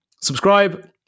subscribe